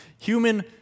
human